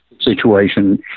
situation